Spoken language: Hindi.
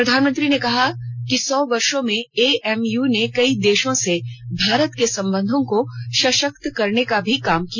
प्रधानमंत्री ने कहा कि सौ वर्षों में एएमयू ने कई देषों से भारत के संबंधों को सषक्त करने का भी काम किया